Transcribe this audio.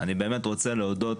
אני באמת רוצה להודות